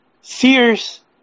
Sears